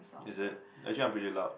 is it actually I'm pretty loud